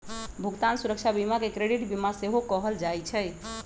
भुगतान सुरक्षा बीमा के क्रेडिट बीमा सेहो कहल जाइ छइ